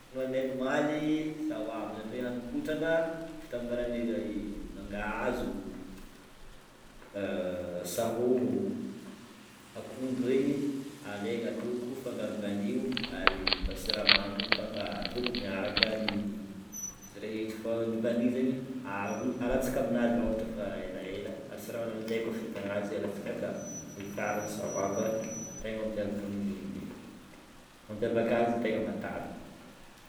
Nohaninay ny omaly sahoaba zany hoe haninkotrana fitambaran'ny mangahazo, sahôgno, akondro regny alaigna ataoko fangaro vanio ary atao siramamy mpa- atoko miaraka ny izy rehetra fa ny vanio zegny aro- alatsaka aminazy raha ohatra efa elaela ary siramamy amin'jay kaofa ihinagna azy alatsaka aka de tsara ny sahoaba tegna mampiavaka ny mampiavaka azy tegna matavy.